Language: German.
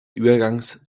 übergangs